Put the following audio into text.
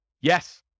Yes